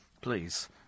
please